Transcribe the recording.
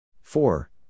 four